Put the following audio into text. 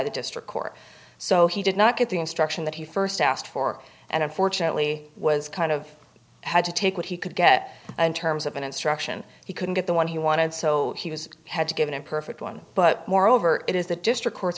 the district court so he did not get the instruction that he first asked for and unfortunately was kind of had to take what he could get in terms of an instruction he couldn't get the one he wanted so he was had to give an imperfect one but moreover it is the district cour